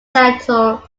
settled